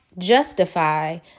justify